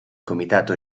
comitato